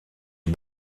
est